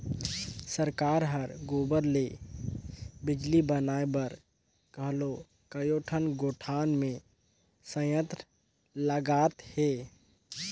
सरकार हर गोबर ले बिजली बनाए बर घलो कयोठन गोठान मे संयंत्र लगात हे